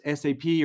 sap